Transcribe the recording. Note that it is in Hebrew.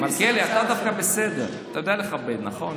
מלכיאלי, אתה דווקא בסדר, אתה יודע לכבד, נכון?